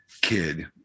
kid